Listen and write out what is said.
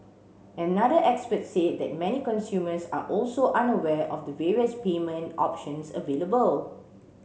another expert said that many consumers are also unaware of the various payment options available